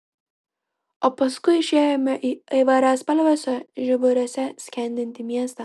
o paskui išėjome į įvairiaspalviuose žiburiuose skendintį miestą